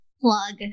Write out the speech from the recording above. plug